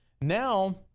Now